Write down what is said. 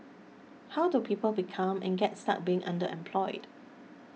how do people become and get stuck being underemployed